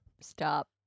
Stop